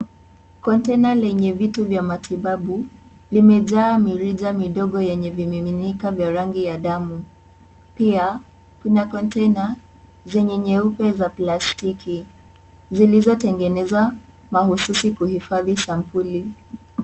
Kontena lenye vitu vya matibabu, limejaa mirija midogo yenye vimiminika vya rangi ya damu. Pia, kuna kontena, zenye nyeupe za plastiki, zilizotengenezwa mahsusi kuhifadhi sampuli.